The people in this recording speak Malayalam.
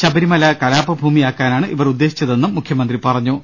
ശബരിമല കലാപഭൂമിയാക്കാനാണ് ഇവർ ഉദ്ദേശിച്ചതെന്നും മുഖ്യ മന്ത്രി പറഞ്ഞു